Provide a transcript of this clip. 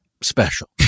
special